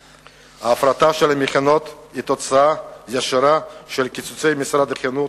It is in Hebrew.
ההפרטה של המכינות היא תוצאה ישירה של קיצוצי משרד החינוך.